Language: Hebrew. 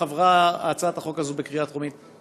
עברה הצעת החוק הזאת בקריאה טרומית.